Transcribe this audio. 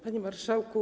Panie Marszałku!